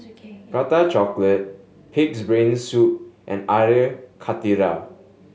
Prata Chocolate Pig's Brain Soup and Air Karthira